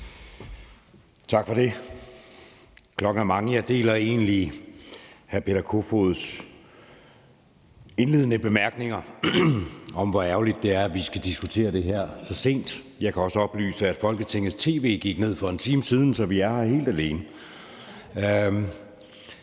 Tak for det. Klokken er mange, og jeg deler egentlig hr. Peter Kofods indledende bemærkninger om, hvor ærgerligt det er, at vi skal diskutere det her så sent. Jeg kan også oplyse, at Folketingets tv gik ned for en time siden, så vi er her helt alene.